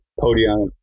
podium